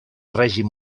règim